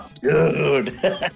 Dude